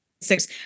six